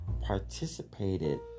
participated